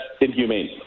inhumane